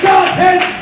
Godhead